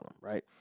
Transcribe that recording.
right